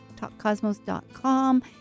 talkcosmos.com